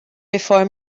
before